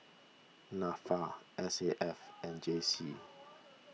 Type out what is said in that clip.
Nafa S A F and J C